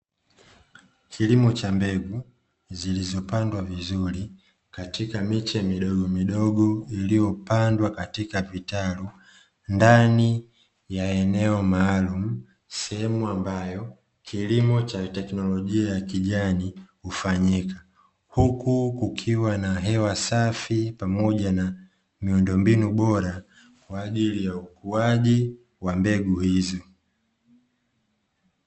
Kilimo cha mbegu zilizopandwa vizur katika miche midogo modgo iliyopandwa katika vitalu ndani ya eneo maalumu, sehemu ambayo kilimo cha teknolojia ya kijani hufanyika, huku kukiwa na hewa safi pamoja na miundombinu bora kwaajili ya ukuaji wa mbegu hizo